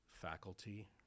faculty